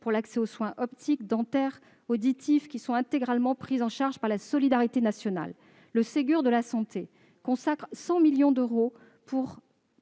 pour l'accès aux soins optiques, dentaires et auditifs, qui sont intégralement pris en charge par la solidarité nationale. Le Ségur de la santé consacre 100 millions d'euros par